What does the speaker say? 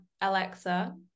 Alexa